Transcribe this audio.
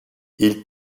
ils